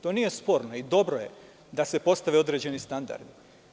To nije sporno i dobro je da se postave određeni standardi.